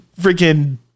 freaking